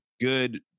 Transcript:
good